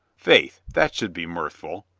faith, that should be mirthful.